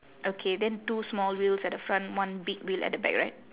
okay then two small wheels at the front one big wheel at the back right